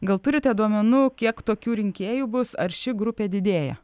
gal turite duomenų kiek tokių rinkėjų bus ar ši grupė didėja